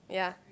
yeah